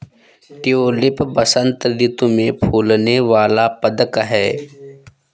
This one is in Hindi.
ट्यूलिप बसंत ऋतु में फूलने वाला पदक है